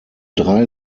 drei